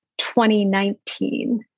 2019